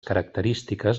característiques